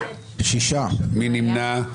מי נמנע?